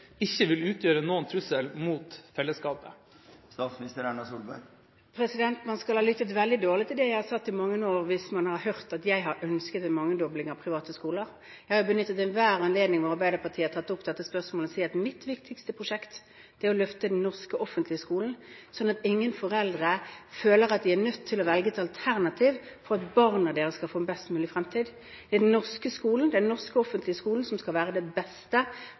ikke vil utgjøre noen trussel mot fellesskapet? Man skal ha lyttet veldig dårlig til det jeg har sagt i mange år hvis man har hørt at jeg har ønsket en mangedobling av private skoler. Jeg har jo benyttet enhver anledning når Arbeiderpartiet har tatt opp dette spørsmålet, til å si at mitt viktigste prosjekt er å løfte den norske offentlige skolen sånn at ingen foreldre føler at de er nødt til å velge et alternativ for at barna deres skal få en best mulig fremtid. Det er den norske skolen, den norske offentlige skolen, som skal være det beste